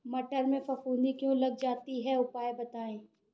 मटर में फफूंदी क्यो लग जाती है उपाय बताएं?